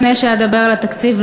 לפני שאדבר על התקציב,